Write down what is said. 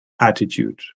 Attitude